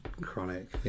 Chronic